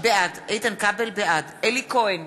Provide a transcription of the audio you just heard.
בעד אלי כהן,